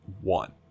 one